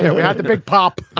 yeah we had the big pop.